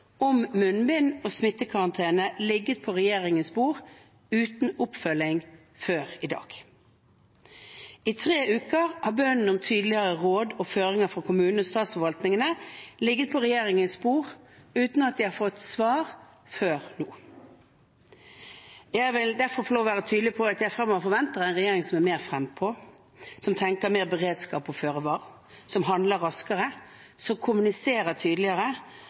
om munnbind og smittekarantene ligget på regjeringens bord uten oppfølging før i dag. I tre uker har bønnene om tydeligere råd og føringer fra kommunene og statsforvaltningene ligget på regjeringens bord uten at de har fått svar før nå. Jeg vil derfor få lov til å være tydelig på at jeg fremover forventer en regjering som er mer frempå, som tenker mer beredskap og føre var, som handler raskere, som kommuniserer tydeligere,